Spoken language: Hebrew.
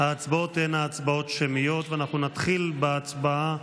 ההצבעות תהיינה הצבעות שמיות, ואנחנו נתחיל בהצבעה